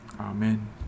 Amen